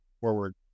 forward